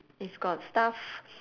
if got staff